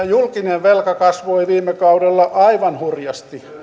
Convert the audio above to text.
julkinen velka kasvoi viime kaudella aivan hurjasti